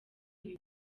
ibi